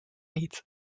niet